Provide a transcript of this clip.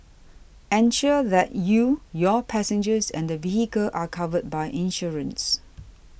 ensure that you your passengers and the vehicle are covered by insurance